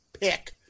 pick